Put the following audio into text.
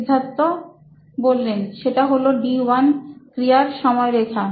সিদ্ধার্থ সেটা হলো D1 ক্রিয়ার সময়রেখা